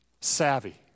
Savvy